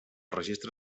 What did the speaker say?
registre